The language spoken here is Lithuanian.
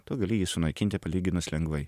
tu gali jį sunaikinti palyginus lengvai